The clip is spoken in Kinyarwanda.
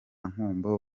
nkombo